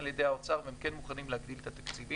על ידי האוצר והם כן מוכנים ל הגדיל את התקציבים,